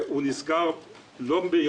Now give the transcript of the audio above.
הוא לא נסגר מיוזמתנו,